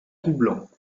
troublants